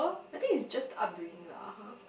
I think it's just upbringing lah ah [huh]